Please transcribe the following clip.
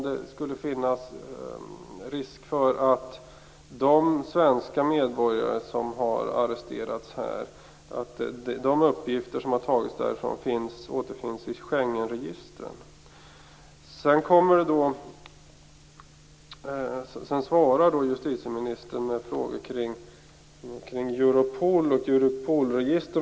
Finns det risk för att de uppgifter som har lämnats av de svenska medborgare som har arresterats återfinns i Schengenregistren? Sedan svarar justitieministern med uppgifter kring Europol och Europolregister.